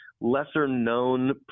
lesser-known